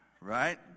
right